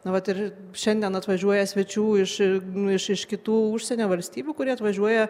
nu vat ir šiandien atvažiuoja svečių iš nu iš iš kitų užsienio valstybių kurie atvažiuoja